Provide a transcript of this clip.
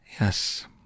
Yes